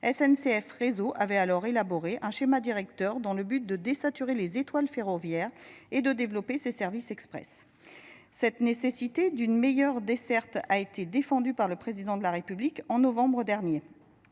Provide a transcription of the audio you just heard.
c f réseau avait alors élaboré un schéma directeur dans le but de désaturer les étoiles ferroviaires et de développer ses services express cette nécessité d'une meilleure desserte a été défendue par le Président de la République en novembre dernier.